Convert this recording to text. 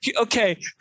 okay